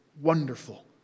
wonderful